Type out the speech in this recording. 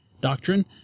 doctrine